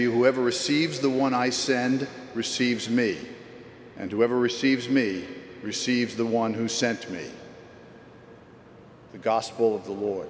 whoever receives the one i send receives me and whoever receives me receives the one who sent me the gospel of the war